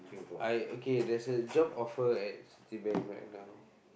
I okay there's a job offer at Citibank right now